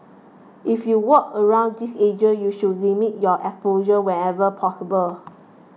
if you work around these agents you should limit your exposure whenever possible